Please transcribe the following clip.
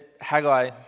Haggai